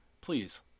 please